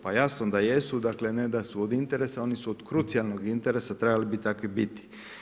Pa jasno da jesu, ne da su od interesa, oni su od krucijalnog interesa trebali bi takvi biti.